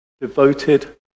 devoted